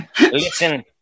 Listen